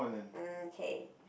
um K